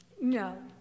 No